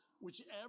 Whichever